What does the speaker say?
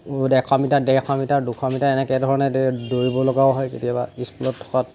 এশ মিটাৰ ডেৰশ মিটাৰ দুশ মিটাৰ এনেকৈ ধৰণে দৌৰিব লগাও হয় কেতিয়াবা স্কুলত থকাত